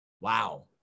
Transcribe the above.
wow